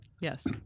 Yes